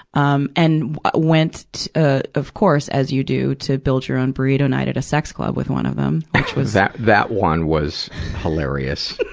um and went ah of course as you do to build-your-own burrito night at a sex club with one of them, which was paul that, that one was hilarious.